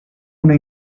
una